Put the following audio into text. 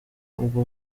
ubwo